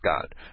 God